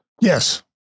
Yes